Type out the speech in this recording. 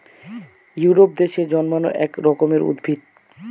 Europe দেশে জন্মানো এক রকমের উদ্ভিদ